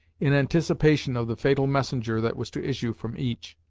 in anticipation of the fatal messenger that was to issue from each.